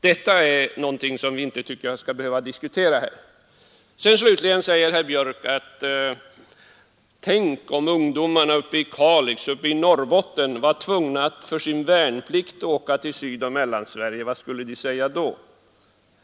Detta är något som vi inte tycker skall behöva diskuteras. Slutligen säger herr Björck: Tänk om ungdomarna uppe i Norrbotten skulle vara tvungna att för sin värnplikt åka till Sydoch Mellansverige, vad skulle de säga då?